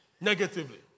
negatively